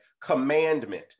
commandment